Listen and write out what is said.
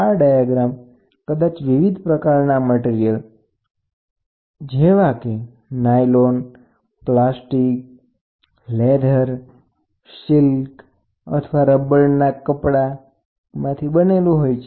આ ડાયાગ્રામ કદાચ વિવિધ પ્રકારના મટીરીયલ જેવા કે નાયલોન પ્લાસ્ટિક લેધર સિલ્ક અથવા રબડ્ડના કપડામાંથી બનેલુ હોય છે